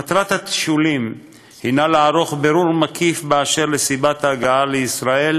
מטרת התשאולים היא לערוך בירור מקיף באשר לסיבת ההגעה לישראל